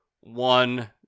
one